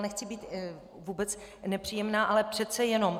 Nechci být vůbec nepříjemná, ale přece jenom.